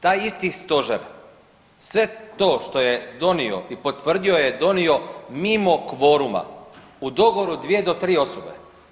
Taj isti stožer sve to što je donio i potvrdio je donio mimo kvoruma u dogovoru 2 do 3 osobe.